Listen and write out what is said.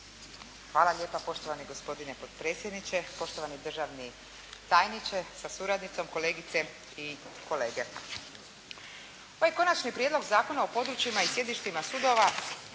Hvala lijepa poštovani gospodine potpredsjedniče, poštovani državni tajniče sa suradnicom, kolegice i kolege. Ovaj Konačni prijedlog zakona o područjima i sjedištima sudova